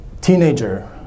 teenager